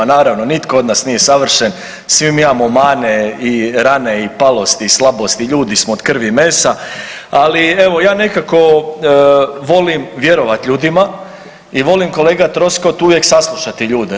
Naravno, nitko od nas nije savršen, svi mi imamo mane i rane i palosti i slabosti, ljudi smo od krvi i mesa, ali evo ja nekako volim vjerovati ljudima i volim kolega Troskot uvijek saslušati ljude.